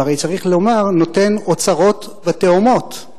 והרי צריך לומר: נותן אוצרות בתהומות.